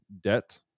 debt